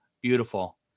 Beautiful